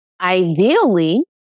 ideally